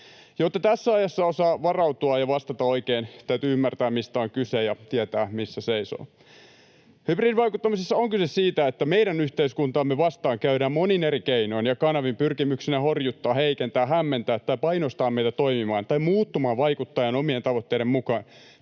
Jotta tässä ajassa osaa varautua ja vastata oikein, täytyy ymmärtää, mistä on kyse, ja tietää, missä seisoo. Hybridivaikuttamisessa on kyse siitä, että meidän yhteiskuntaamme vastaan käydään monin eri keinoin ja kanavin pyrkimyksenä horjuttaa, heikentää, hämmentää tai painostaa meitä toimimaan tai muuttumaan vaikuttajan omien tavoitteiden mukaan